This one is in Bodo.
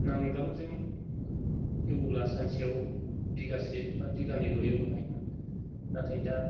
नांगालजों एवोब्ला सानसेयाव बिगासे बा बिगानैल' हायोमोन नाथाय दा